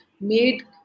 made